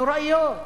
נוראיות.